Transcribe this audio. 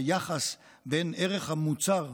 היחס בין ערך המוצר,